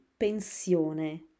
pensione